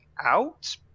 out